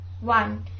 one